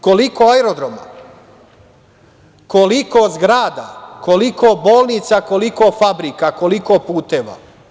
Koliko aerodroma, koliko zgrada, koliko bolnica, koliko fabrika, koliko puteva?